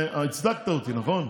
והצדקת אותי, נכון?